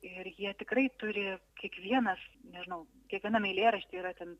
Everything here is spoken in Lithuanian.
ir jie tikrai turi kiekvienas nežinau kiekvienam eilėraštyje yra ten